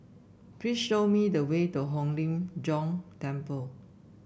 please show me the way to Hong Lim Jiong Temple